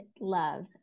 love